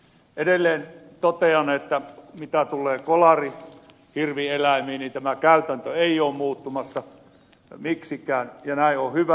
edelleen totean että mitä tulee kolarihirvieläimiin tämä käytäntö ei ole muuttumassa miksikään ja näin on hyvä